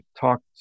talked